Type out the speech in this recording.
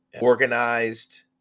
organized